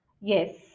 Yes